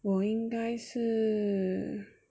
我应该是